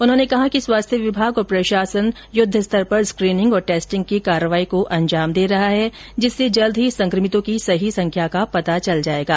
उन्होंने कहा कि स्वास्थ्य विभाग और प्रशासन यहां युद्वस्तर पर स्क्रीनिंग और टेस्टिंग की कार्यवाही को अजांम दे रहा है जिससे जल्द ही संक्रमितों की सही संख्या का पता चल जाएगा